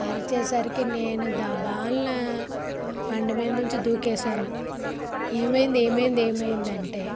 అరిచేసరికి నేను దబాలున బండి మీద నుంచి దూకేశాను ఏమైంది ఏమైంది ఏమైంది అంటే